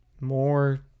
more